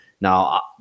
Now